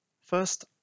first